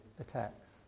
attacks